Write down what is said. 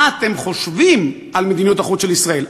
אתם חושבים על מדיניות החוץ של ישראל,